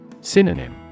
Synonym